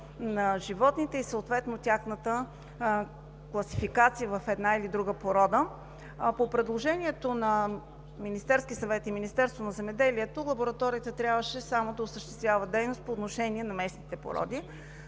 на животните и съответно тяхната класификация в една или друга порода. По предложението на Министерския съвет и Министерството на земеделието лабораторията трябваше само да осъществява дейност по отношение на местните породи.